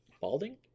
Balding